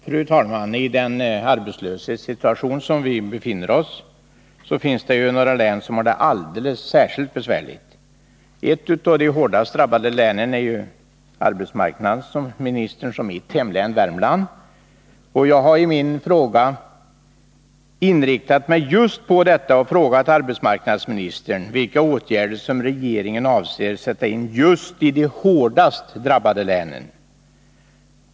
Fru talman! I den arbetslöshetssituation som vi befinner oss i finns det några län som har det alldeles särskilt besvärligt. Ett av de hårdast drabbade länen är arbetsmarknadsministerns och mitt hemlän, Värmland. Jag har i min fråga inriktat mig just på detta och frågat arbetsmarknadsministern vilka åtgärder regeringen avser att sätta in i de hårdast drabbade länen.